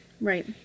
right